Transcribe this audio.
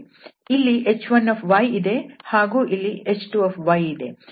ಇಲ್ಲಿ h1 ಇದೆ ಹಾಗೂ ಇಲ್ಲಿ h2 ಇದೆ